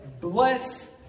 bless